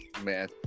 man